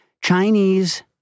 Chinese